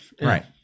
Right